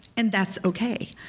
and that's okay.